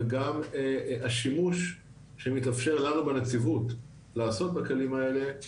וגם השימוש שמתאפשר לנו בנציבות לעשות בכלים האלה,